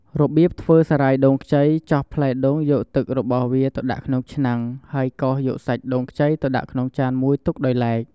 របៀបធ្វើសារាយដូងខ្ចីចោះផ្លែដូងយកទឹករបស់វាទៅដាក់ក្នុងឆ្នាំង ហើយកោសយកសាច់ដូងខ្ចីទៅដាក់ក្នុងចានមួយទុកដោយឡែក។